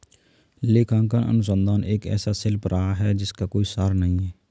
लेखांकन अनुसंधान एक ऐसा शिल्प रहा है जिसका कोई सार नहीं हैं